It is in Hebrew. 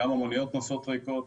כמה מוניות נוסעות ריקות,